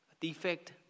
defect